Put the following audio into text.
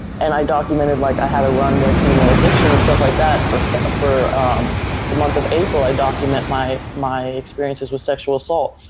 and i documented, like, i had a run with you know addiction and stuff like that for so for the month of april, i document my my experiences with sexual assault.